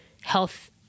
health